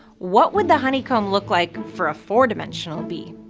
what would the honeycomb look like for a four dimensional bee?